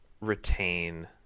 retain